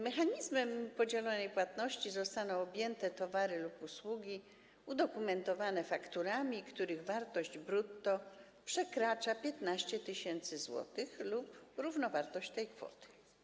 Mechanizmem podzielonej płatności zostaną objęte towary lub usługi udokumentowane fakturami, których wartość brutto przekracza 15 tys. zł lub równowartość tej kwoty.